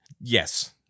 Yes